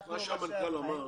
מה שהמנכ"ל אמר,